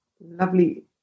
Lovely